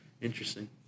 interesting